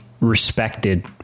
respected